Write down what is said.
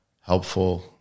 helpful